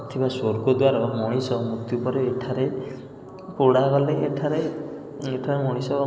ଥିବା ସ୍ୱର୍ଗଦ୍ୱାର ମଣିଷ ମୃତ୍ୟୁପରେ ଏଠାରେ ପୋଡ଼ାଗଲେ ଏଠାରେ ଏଠାରେ ମଣିଷ